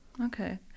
Okay